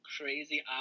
crazy